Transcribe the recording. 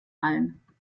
allen